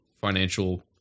financial